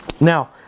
Now